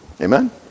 Amen